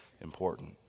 important